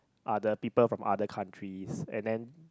other people from other countries and then